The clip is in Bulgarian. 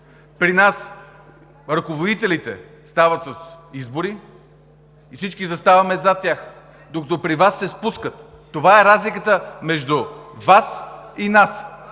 При нас ръководителите стават с избори и всички заставаме зад тях, докато при Вас се спускат. Това е разликата между Вас и нас!